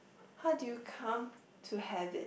how do you come to have it